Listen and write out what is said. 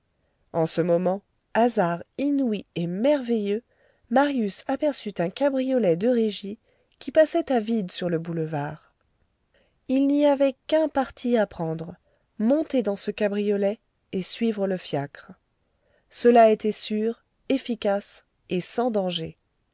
en ce moment hasard inouï et merveilleux marius aperçut un cabriolet de régie qui passait à vide sur le boulevard il n'y avait qu'un parti à prendre monter dans ce cabriolet et suivre le fiacre cela était sûr efficace et sans danger